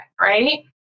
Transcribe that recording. right